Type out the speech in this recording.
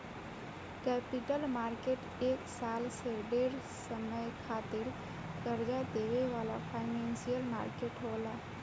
capital market एक साल से ढेर समय खातिर कर्जा देवे वाला फाइनेंशियल मार्केट होला